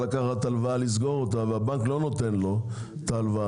לקחת הלוואה לסגור אותה והבנק לא נותן לו את ההלוואה